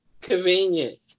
Convenient